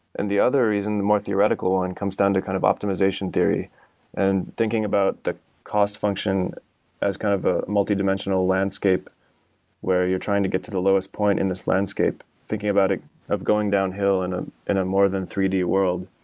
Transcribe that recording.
and the other reason, the more theoretical one comes down to kind of optimization theory and thinking about the cost function as kind of a multidimensional landscape where you're trying to get the lowest point in this landscape, thinking about ah of going downhill in ah a more than three d world.